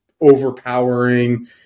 overpowering